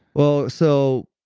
well, so,